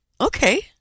Okay